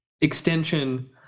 extension